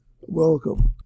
welcome